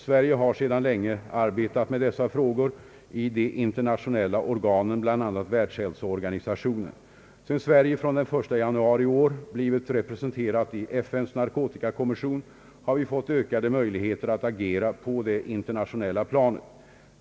Sverige har sedan länge arbetat med dessa frågor i de internationella organen, bl.a. världshälsoorganisationen. Sedan Sverige från den 1 januari i år blivit representerat i FN:s narkotikakommission har vi fått ökade möjligheter att agera på det internationella planet.